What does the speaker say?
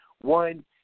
One